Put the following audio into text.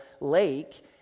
lake